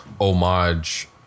homage